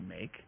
make